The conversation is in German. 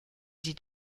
sie